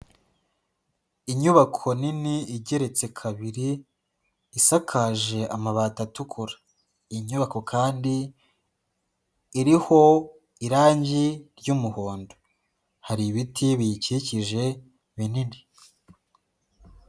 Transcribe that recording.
Inyubako nini igeretse kabiri, isakaje amabati atukura, iyi nyubako kandi iriho irangi ry'umuhondo, hari ibiti biyikikije binini.